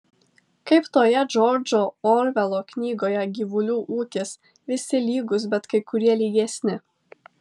kaip toje džordžo orvelo knygoje gyvulių ūkis visi lygūs bet kai kurie lygesni